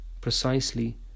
precisely